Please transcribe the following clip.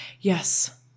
yes